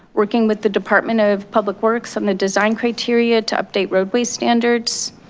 working with the department of public works on the design criteria to update roadways standards,